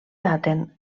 daten